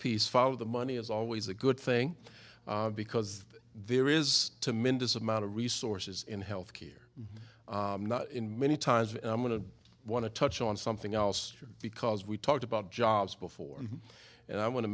piece follow the money is always a good thing because there is to mindy's amount of resources in health care in many times and i'm going to want to touch on something else because we talked about jobs before and i want to